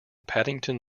paddington